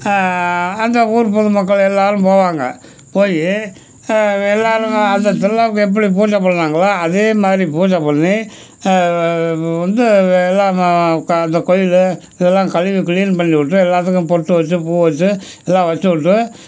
அந்த ஊர் பொது மக்கள் எல்லாரும் போவாங்க போய் எல்லாரும் அந்த திருவிழாக்கு எப்படி பூஜை பண்ணாங்களோ அதே மாதிரி பூஜை பண்ணி வந்து எல்லாம் அந்த கோயில் இதெல்லாம் கழுவி க்ளீன் பண்ணி விட்டு எல்லாத்துக்கும் பொட்டு வச்சு பூ வச்சு எல்லாம் வச்சு விட்டு